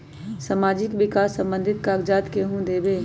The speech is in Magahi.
समाजीक विकास संबंधित कागज़ात केहु देबे?